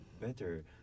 better